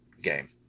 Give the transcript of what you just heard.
game